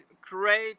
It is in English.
great